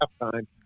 halftime